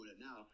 now